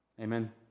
Amen